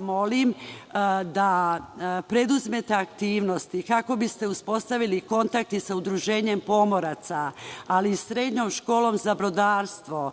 molim vas da preduzmete aktivnosti kako biste uspostavili kontakte sa Udruženjem pomoraca, ali i Srednjom školom za brodarstvo,